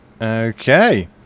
Okay